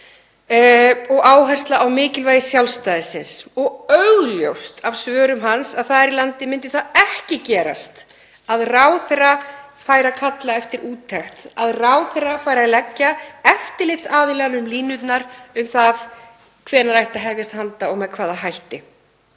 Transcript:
og áhersla á mikilvægi sjálfstæðisins og augljóst af svörum hans að þar í landi myndi það ekki gerast að ráðherra færi að kalla eftir úttekt, að ráðherra færi að leggja eftirlitsaðilanum línurnar um það hvenær ætti að hefjast handa og með hvaða hætti.